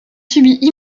subi